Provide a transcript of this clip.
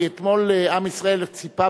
כי אתמול עם ישראל ציפה,